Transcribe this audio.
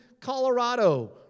Colorado